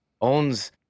owns